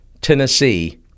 Tennessee